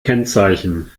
kennzeichen